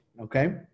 okay